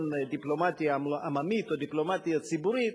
דיפלומטיה עממית או דיפלומטיה ציבורית,